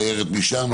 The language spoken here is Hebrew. ניירת משם,